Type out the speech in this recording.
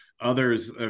others